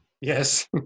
Yes